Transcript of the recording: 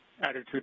Attitude